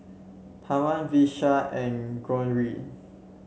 Pawan Vishal and Gauri